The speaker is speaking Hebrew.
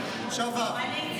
הסתייגות 43 לחלופין ה לא